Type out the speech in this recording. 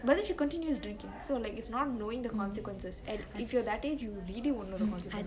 but then she continues drinking so like is not knowing the consequences and if you're at that age you really won't know the consequences